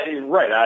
Right